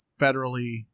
federally –